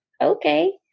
Okay